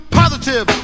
positive